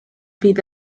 fydd